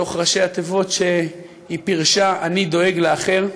מתוך ראשי התיבות שהיא פירשה: אני דואג לאחר.